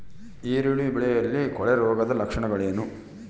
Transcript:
ಈರುಳ್ಳಿ ಬೆಳೆಯಲ್ಲಿ ಕೊಳೆರೋಗದ ಲಕ್ಷಣಗಳೇನು?